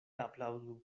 aplaŭdu